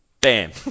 Bam